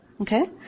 okay